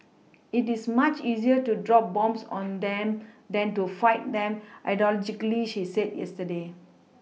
it is much easier to drop bombs on them than to fight them ideologically she said yesterday